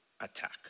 attack